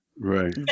Right